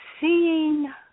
seeing